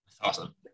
Awesome